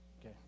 Okay